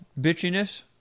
bitchiness